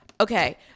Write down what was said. Okay